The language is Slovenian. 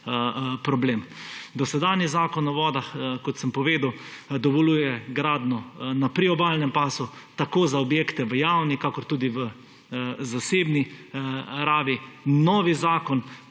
problem? Dosedanji Zakon o vodah, kot sem povedal, dovoljuje gradnjo na priobalnem pasu, tako za objekte v javni kakor tudi v zasebni rabi, novi zakon